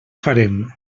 farem